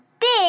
big